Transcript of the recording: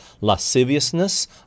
lasciviousness